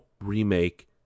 remake